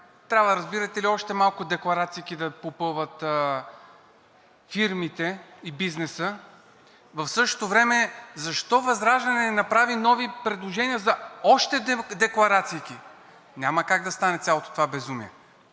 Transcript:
трябва, разбирате ли, още малко декларациики да попълват фирмите и бизнеса. В същото време защо ВЪЗРАЖДАНЕ не направи нови предложения за още декларациики? Няма как да стане цялото това безумие!